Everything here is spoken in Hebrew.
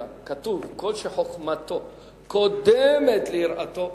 כתוב: כל שחוכמתו קודמת ליראתו,